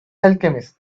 alchemist